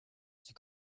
sie